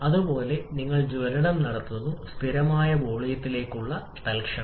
അതുപോലെ നിങ്ങൾ ജ്വലനം നടത്തുന്നു സ്ഥിരമായ വോളിയത്തിലുള്ള തൽക്ഷണം